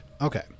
Okay